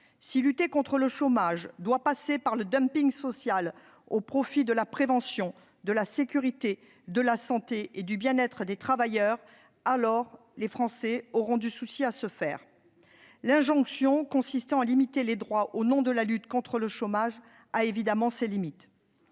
la lutte contre le chômage doit passer par le dumping social au détriment de la prévention, de la sécurité, de la santé et du bien-être des travailleurs, les Français auront du souci à se faire. L'injonction consistant à limiter les droits au nom de la lutte contre le chômage a évidemment ses limites.